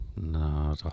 No